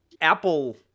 Apple